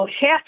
Half